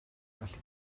allu